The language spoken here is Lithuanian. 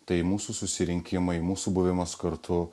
tai mūsų susirinkimai mūsų buvimas kartu